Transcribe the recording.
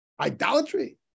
idolatry